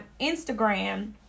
Instagram